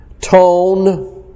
tone